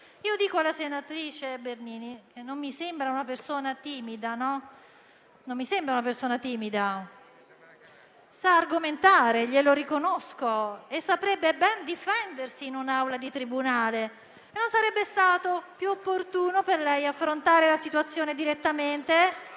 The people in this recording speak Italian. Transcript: io chiedo alla senatrice Bernini, che non mi sembra una persona timida, che sa argomentare (glielo riconosco) e che saprebbe ben difendersi in un'aula di tribunale, se non sarebbe stato più opportuno per lei affrontare la situazione direttamente.